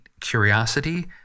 curiosity